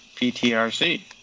ptrc